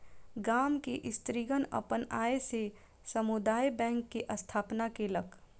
गाम के स्त्रीगण अपन आय से समुदाय बैंक के स्थापना केलक